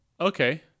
Okay